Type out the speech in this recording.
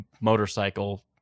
motorcycle